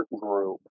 group